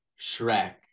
Shrek